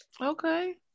Okay